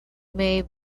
may